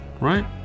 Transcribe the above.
right